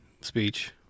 speech